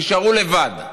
נשארו לבד,